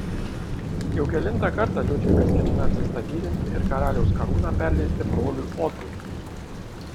jau kelintą kartą liudvikas ketina atsistatydinti ir karaliaus karūną perleisti broliui otui